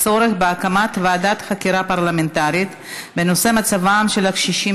הצורך בהקמת ועדת חקירה פרלמנטרית בנושא: מצבם של הקשישים